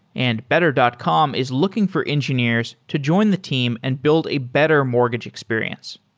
and better dot com is looking for engineers to join the team and build a better mortgage experience.